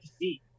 see